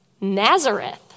Nazareth